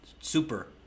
super